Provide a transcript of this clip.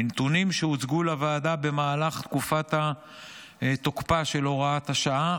מנתונים שהוצגו לוועדה במהלך תקופת תוקפה של הוראת השעה,